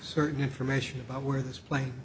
certain information about where this plane